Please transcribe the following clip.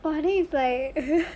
!wah! then if li~